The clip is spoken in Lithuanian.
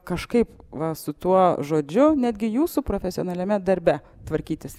kažkaip va su tuo žodžiu netgi jūsų profesionaliame darbe tvarkytis